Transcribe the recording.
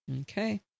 Okay